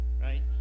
right